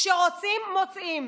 כשרוצים, מוצאים.